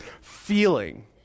feeling